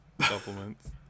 supplements